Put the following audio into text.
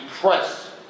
press